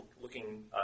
looking